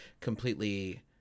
completely